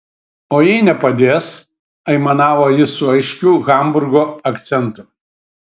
o jei nepadės aimanavo jis su aiškiu hamburgo akcentu